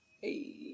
hey